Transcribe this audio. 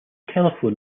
telephone